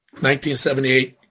1978